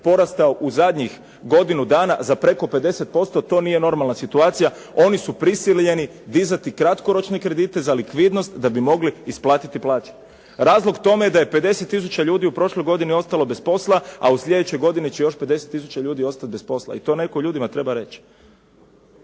porastao u zadnjih godinu dana za preko 50% to nije normalna situacija. Oni su prisiljeni dizati kratkoročne kredite za likvidnost da bi mogli isplatiti plaće. Razlog tome je da je 50 tisuća ljudi u prošloj godini ostalo bez posla, a u sljedećoj godini će još 50 tisuća ljudi ostati bez posla i to netko ljudima treba reći.